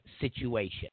situation